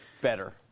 Better